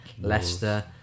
Leicester